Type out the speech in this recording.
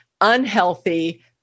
unhealthy